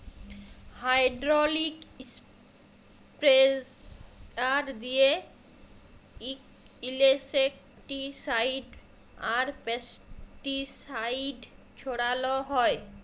hydraulic sprayer দিঁয়ে insecticide আর pesticide ছড়াল হ্যয়